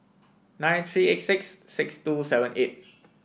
nine three eight six six two seven eight